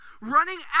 running